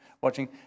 watching